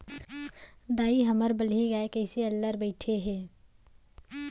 दाई, हमर बलही गाय कइसे अल्लर बइठे हे